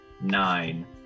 nine